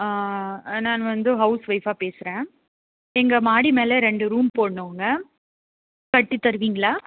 நான் வந்து ஹவுஸ்வொய்ஃபாக பேசுகிறேன் எங்கள் மாடி மேலே ரெண்டு ரூம் போடணுங்க கட்டி தருவீங்களா